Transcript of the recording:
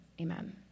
amen